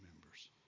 members